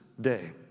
day